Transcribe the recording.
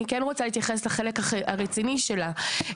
אני כן רוצה להתייחס לחלק הרציני שלה.